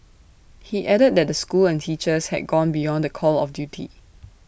he added that the school and teachers had gone beyond the call of duty